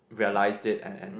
realised it and and